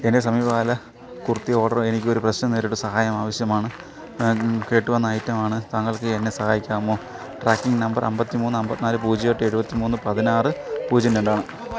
എൻ്റെ സമീപകാല കുർത്തി ഓർഡറിൽ എനിക്ക് ഒരു പ്രശ്നം നേരിട്ടു സഹായം ആവശ്യമാണ് കേട്ടുവന്ന ഐറ്റമാണ് താങ്കൾക്ക് എന്നെ സഹായിക്കാമോ ട്രാക്കിംഗ് നമ്പർ അൻപത്തി മൂന്ന് അൻപത്തി നാല് പൂജ്യം എട്ട് എഴുപത്തി മൂന്ന് പതിനാറ് പൂജ്യം രണ്ടാണ്